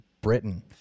britain